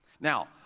Now